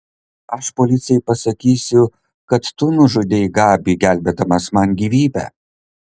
aš policijai pasakysiu kad tu nužudei gabį gelbėdamas man gyvybę